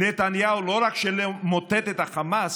נתניהו לא רק שלא מוטט את החמאס,